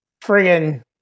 friggin